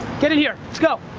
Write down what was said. get in here, let's go.